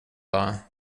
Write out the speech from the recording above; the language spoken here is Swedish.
dag